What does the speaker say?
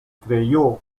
creyó